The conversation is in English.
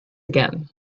again